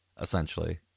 essentially